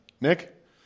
Nick